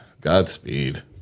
Godspeed